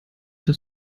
das